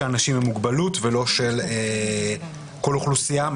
אנשים עם מוגבלות ולא של כל אוכלוסייה.